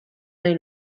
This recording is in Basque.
nahi